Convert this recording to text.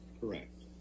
correct